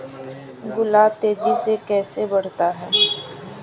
गुलाब तेजी से कैसे बढ़ता है?